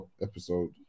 episode